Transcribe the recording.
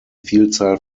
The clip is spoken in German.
vielzahl